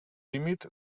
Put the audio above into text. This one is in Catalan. límit